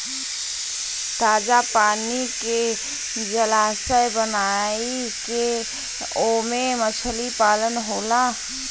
ताजा पानी के जलाशय बनाई के ओमे मछली पालन होला